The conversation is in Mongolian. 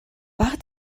бага